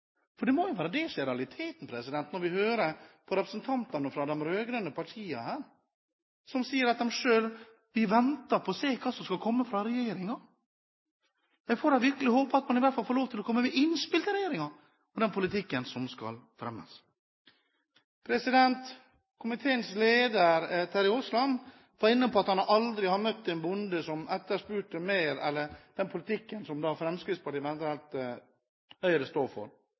For det må være det som er realiteten, når vi hører på representantene fra de rød-grønne partiene her som sier at de venter på å se hva som skal komme fra regjeringen. Jeg får da virkelig håpe at man i hvert fall får lov til å komme med innspill til regjeringen om den politikken som skal fremmes. Komiteens leder, Terje Aasland, var inne på at han aldri har møtt en bonde som etterspør den politikken som Fremskrittspartiet og Høyre står for.